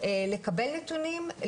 לקבל נתונים,